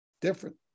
Different